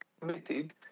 committed